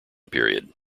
period